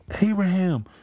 Abraham